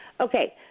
Okay